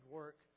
work